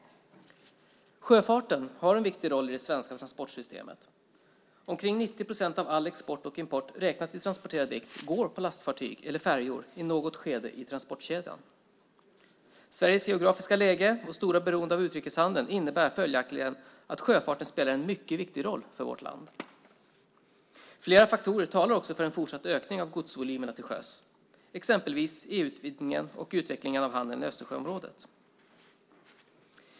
Sjöfarten har en viktig roll i det svenska transportsystemet. Omkring 90 procent av all export och import, räknat i transporterad vikt, går på lastfartyg eller färjor i något skede i transportkedjan. Sveriges geografiska läge och stora beroende av utrikeshandeln innebär följaktligen att sjöfarten spelar en mycket viktig roll för vårt land. Flera faktorer talar också för en fortsatt ökning av godsvolymerna till sjöss, exempelvis EU-utvidgningen och utvecklingen av handeln i Östersjöområdet.